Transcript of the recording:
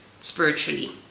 spiritually